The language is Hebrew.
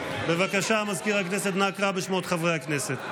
בבקשה, מזכיר הכנסת, אנא קרא בשמות חברי הכנסת.